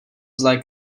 zlé